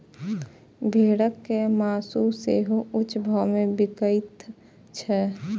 भेड़क मासु सेहो ऊंच भाव मे बिकाइत छै